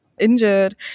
injured